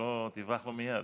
שלא תברח לו מייד.